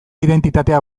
identitatea